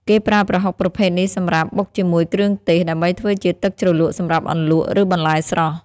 គេប្រើប្រហុកប្រភេទនេះសម្រាប់ បុកជាមួយគ្រឿងទេស ដើម្បីធ្វើជាទឹកជ្រលក់សម្រាប់អន្លក់ ឬបន្លែស្រស់។